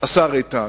השר איתן.